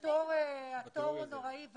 התור הוא נוראי,